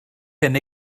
hyn